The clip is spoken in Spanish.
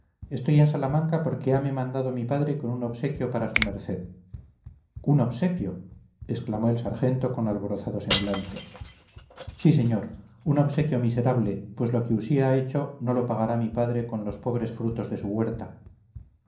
estoy en salamanca porque hame mandado mi padre con un obsequio para su merced un obsequio exclamó el sargento con alborozado semblante sí señor un obsequio miserable pues lo que usía ha hecho no lo pagará mi padre con los pobres frutos de su huerta